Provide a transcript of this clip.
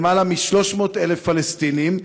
יותר מ-300,000 פלסטינים,